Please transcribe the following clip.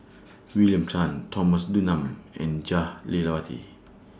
William Tan Thomas Dunman and Jah Lelawati